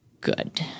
good